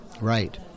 Right